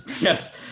yes